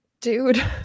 dude